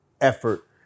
effort